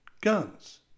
guns